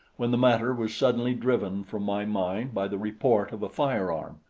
when the matter was suddenly driven from my mind by the report of a firearm.